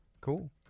Cool